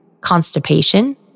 Constipation